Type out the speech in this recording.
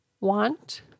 want